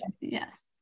Yes